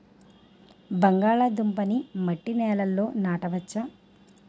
బంగాళదుంప నీ మట్టి నేలల్లో నాట వచ్చా?